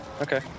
Okay